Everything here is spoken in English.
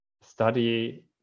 study